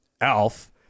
Alf